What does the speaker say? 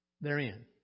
therein